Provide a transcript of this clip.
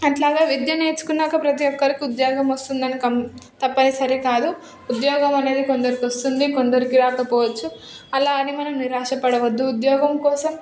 అట్లాగా విద్య నేర్చుకున్నాక ప్రతి ఒక్కరికి ఉద్యోగం వస్తుందని కం తప్పనిసరి కాదు ఉద్యోగం అనేది కొందరికి వస్తుంది కొందరికి రాకపోవచ్చు అలా అని మనం నిరాశ పడవద్దు ఉద్యోగం కోసం